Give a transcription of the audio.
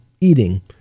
eating